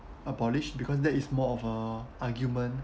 abolished because there is more of a argument